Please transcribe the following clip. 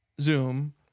Zoom